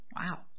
Wow